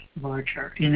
larger